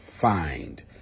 find